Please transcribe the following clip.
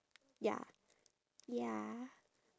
ya ya